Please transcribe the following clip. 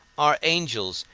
are angels,